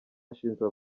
ashinjwa